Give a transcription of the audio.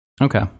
Okay